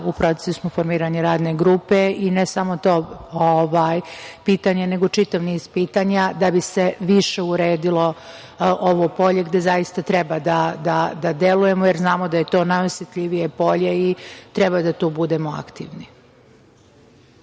u procesu smo formiranja radne grupe. I ne samo to pitanje, nego čitav niz pitanja da bi se više uredilo ovo polje, gde zaista treba da delujemo, jer znamo da je to najosetljivije polje i treba da tu budemo aktivni.